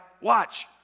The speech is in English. watch